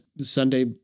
Sunday